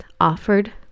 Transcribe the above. offered